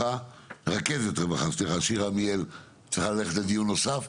רכזת רווחה שירה עמיאל צריכה ללכת לדיון נוסף,